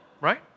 right